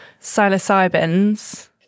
psilocybins